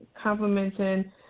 Complimenting